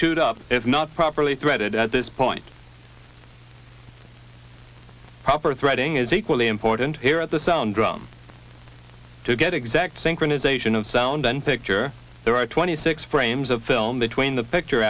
chewed up if not properly threaded at this point proper threading is equally important here at the sound drum to get exact synchronization of sound and picture there are twenty six frames of film the tween the picture